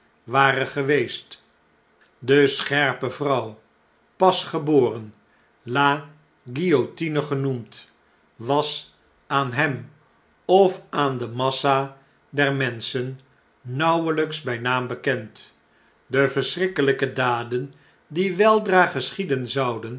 ware geweest de scherpe vrouw pas geboren l a guillotine genoemd was aan hern of aan de massa der menschen nauweljjks bij naam bekend de verschrikkelh'ke daden die weldra geschieden